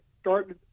starting